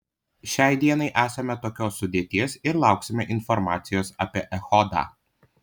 šiai dienai esame tokios sudėties ir lauksime informacijos apie echodą